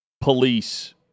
police